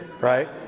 right